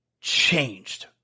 changed